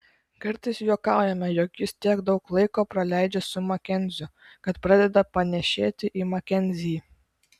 kartais juokaujame jog jis tiek daug laiko praleidžia su makenziu kad pradeda panėšėti į makenzį